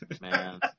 man